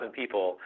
people